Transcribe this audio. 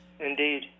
Indeed